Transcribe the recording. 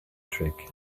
trick